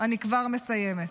אני כבר מסיימת.